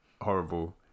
horrible